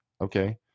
Okay